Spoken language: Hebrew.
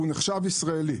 הוא נחשב ישראלי.